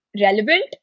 relevant